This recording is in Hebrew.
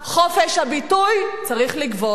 חופש הביטוי צריך לגבור.